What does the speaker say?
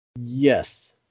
Yes